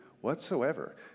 whatsoever